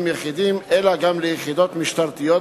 יחידים אלא גם ליחידות משטרתיות,